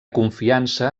confiança